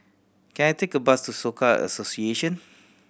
can I take a bus to Soka Association